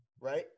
right